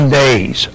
days